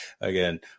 again